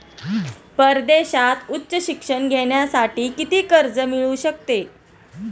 परदेशात उच्च शिक्षण घेण्यासाठी किती कर्ज मिळू शकते?